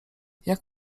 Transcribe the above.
jak